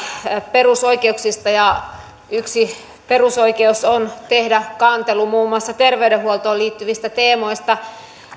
perusoikeuksista ja yksi perusoikeus on tehdä kantelu muun muassa terveydenhuoltoon liittyvistä teemoista